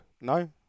No